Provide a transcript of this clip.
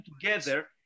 together